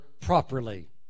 properly